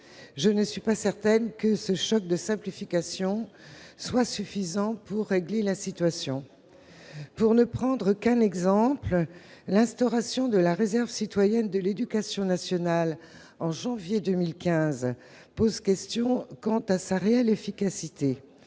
je ne suis pas certaine que ce choc de simplification soit suffisant pour régler la situation. Pour ne prendre qu'un exemple, l'instauration de la réserve citoyenne de l'éducation nationale, en janvier 2015, pose question quant à sa réelle efficacité.